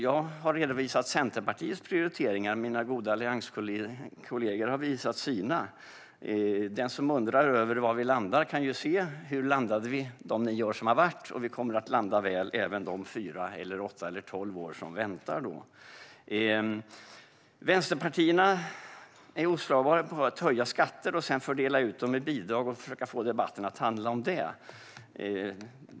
Jag har redovisat Centerpartiets prioriteringar. Mina goda allianskollegor har visat sina. Den som undrar var vi landar kan se hur vi landade de nio år som har varit. Vi kommer att landa väl även de fyra, åtta eller tolv år som väntar. Vänsterpartierna är oslagbara på att höja skatter och sedan fördela ut dem i bidrag och försöka få debatten att handla om det.